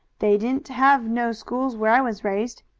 they didn't have no schools where i was raised.